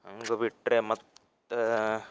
ಹಂಗೆ ಬಿಟ್ಟರೆ ಮತ್ತು